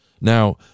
Now